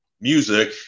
music